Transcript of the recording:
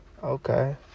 Okay